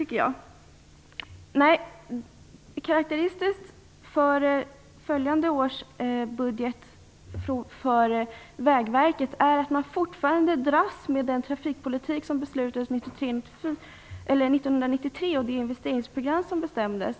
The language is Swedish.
Det karaktärisktiska för nästa års budget för Vägverket är att man fortfarande dras med den trafikpolitik som beslutades under 1993 och det investeringsprogram som bestämdes.